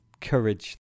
Courage